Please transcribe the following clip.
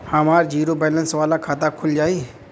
हमार zero balance वाला खाता खुल जाई?